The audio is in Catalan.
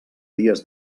dies